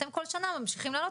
אתם כל שנה ממשיכם להעלות,